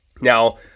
Now